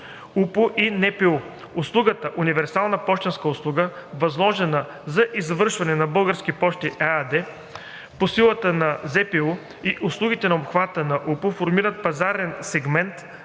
Услугата „универсална пощенска услуга“, възложена за извършване на „Български пощи“ ЕАД по силата на ЗПУ, и услугите от обхвата на УПУ формират пазарен сегмент